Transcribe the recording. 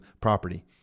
property